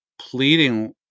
pleading